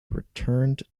returned